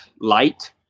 light